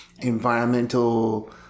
environmental